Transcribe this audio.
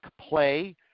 play